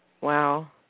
Wow